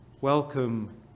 welcome